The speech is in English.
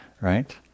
right